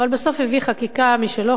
אבל בסוף הביא חקיקה משלו,